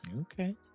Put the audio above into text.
Okay